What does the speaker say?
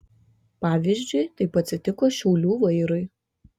pavyzdžiui taip atsitiko šiaulių vairui